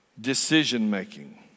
decision-making